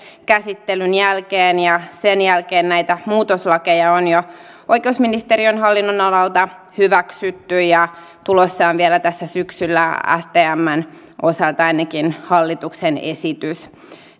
käsittelyn jälkeen ja sen jälkeen näitä muutoslakeja on jo oikeusministeriön hallinnonalalta hyväksytty ja tulossa on vielä tässä syksyllä stmn osalta ainakin hallituksen esitys